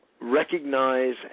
recognize